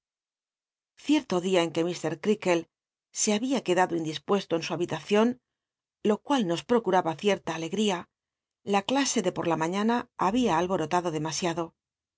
cierto dia en c uc ir crcaklc se babia quedado pdispucsto en su habitacion lo cual nos paocu raba cierta alegria la clase de por la maiíana había alborotado demasiado